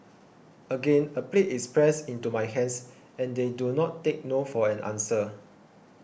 again a plate is pressed into my hands and they do not take no for an answer